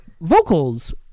vocals